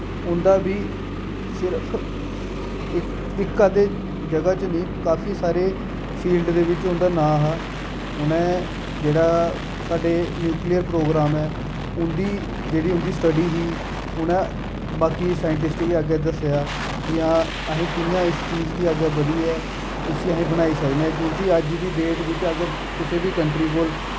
उं'दा बी सिर्फ इक इक अद्धे जगह् च निं काफी सारे फील्ड दे बिच उं'दा नांऽ हा उ'नें जेह्ड़ा साढ़े न्युकलियर प्रोग्राम ऐ उं'दी जेह्ड़ी उं'दी स्टडी ही उ'नें बाकी साइंटिस्टें गी अग्गें दस्सेआ कि हां अस कि'यां इस चीज गी अग्गें बधियै इस्सी अस बनाई सकने क्यूंकि अज्ज दी डेट बिच अगर कुसै बी कंट्री कोल